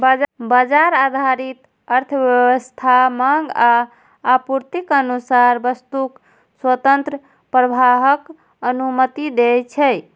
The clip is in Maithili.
बाजार आधारित अर्थव्यवस्था मांग आ आपूर्तिक अनुसार वस्तुक स्वतंत्र प्रवाहक अनुमति दै छै